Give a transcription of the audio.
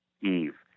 Eve